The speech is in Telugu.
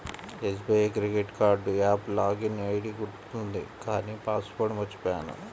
SBI credit card app login ID గుర్తుంది కానీ పాస్ వర్డ్ మర్చిపొయ్యాను